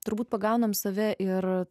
turbūt pagauname save ir